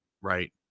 right